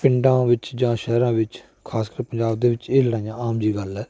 ਪਿੰਡਾਂ ਵਿੱਚ ਜਾਂ ਸ਼ਹਿਰਾਂ ਵਿੱਚ ਖ਼ਾਸਕਰ ਪੰਜਾਬ ਦੇ ਵਿੱਚ ਇਹ ਲੜਾਈਆਂ ਆਮ ਜਿਹੀ ਗੱਲ ਹੈ